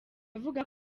avuga